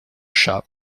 chat